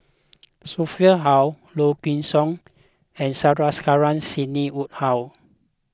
Sophia Hull Low Kway Song and Sandrasegaran Sidney Woodhull